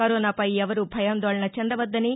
కరోనాపై ఎవరూ భయాందోళన చెందవద్దని